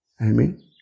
amen